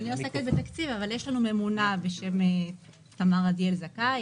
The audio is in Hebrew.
אבל יש לנו ממונה בשם תמר עדיאל זכאי,